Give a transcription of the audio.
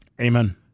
Amen